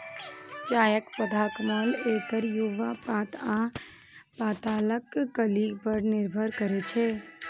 चायक पौधाक मोल एकर युवा पात आ पातक कली पर निर्भर करै छै